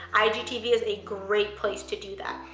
igtv is a great place to do that.